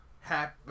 Happy